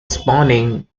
spawning